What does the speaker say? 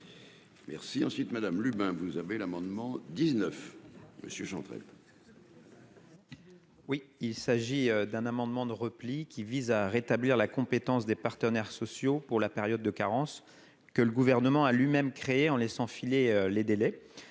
Merci ensuite Madame Lubin, vous avez l'amendement 19 monsieur Jean 13. La hier. Oui, il s'agit d'un amendement de repli qui vise à rétablir la compétence des partenaires sociaux pour la période de carence que le gouvernement a lui-même créée en laissant filer les délais,